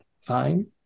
fine